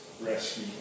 rescue